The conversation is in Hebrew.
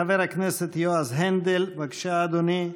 חבר הכנסת יועז הנדל, בבקשה, אדוני.